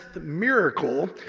miracle